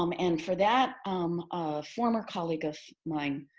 um and for that, um a former colleague of mine,